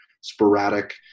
sporadic